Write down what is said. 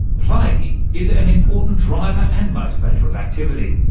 play is an important driver and motivator of activity.